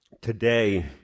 today